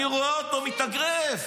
אני רואה אותו מתאגרף,